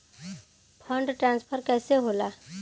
Fund transfer कैसे होला?